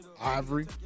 Ivory